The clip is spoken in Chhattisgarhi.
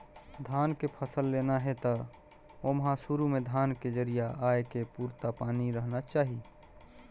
धान के फसल लेना हे त ओमहा सुरू में धान के जरिया आए के पुरता पानी रहना चाही